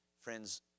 Friends